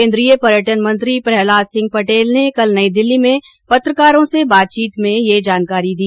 केंद्रीय पर्यटन मंत्री प्रह्लाद सिंह पटेल ने कल नई दिल्ली में पत्रकारों से बातचीत में ये जानकारी दी